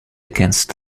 against